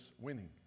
winning